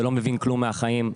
שלא מבין כלום מהחיים.